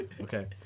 Okay